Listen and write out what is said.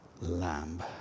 Lamb